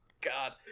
God